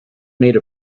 made